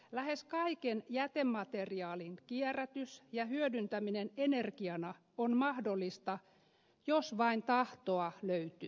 lähes kaiken jätemateriaalin kierrätys ja hyödyntäminen energiana on mahdollista jos vain tahtoa löytyy